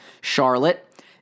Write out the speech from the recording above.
Charlotte